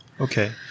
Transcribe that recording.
okay